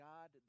God